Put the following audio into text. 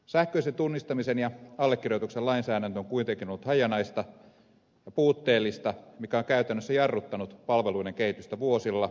sähköisen tunnistamisen ja allekirjoituksen lainsäädäntö on kuitenkin ollut hajanaista ja puutteellista mikä on käytännössä jarruttanut palveluiden kehitystä vuosilla